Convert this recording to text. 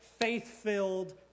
faith-filled